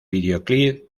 videoclip